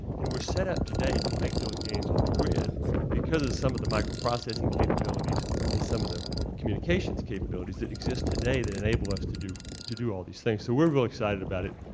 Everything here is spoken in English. and we're set up today to make those gains on the grid because of some of the micro processing capabilities and some of the communications capabilities that exist today that enable us to do to do all these things. so we're real excited about it.